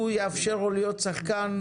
יאפשר לו להיות שחקן כאן.